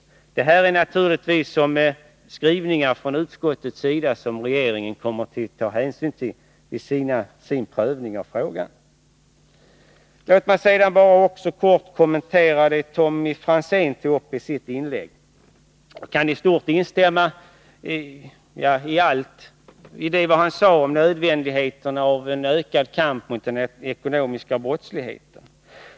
Det här är naturligtvis skrivningar som regeringen kommer att ta hänsyn till i.sin prövning av frågan. Låt mig sedan bara kort kommentera vad Tommy Franzén tog upp i sitt inlägg. Jag kan i stort sett instämma i allt vad han sade om nödvändigheten av en ökad kamp mot den ekonomiska brottsligheten.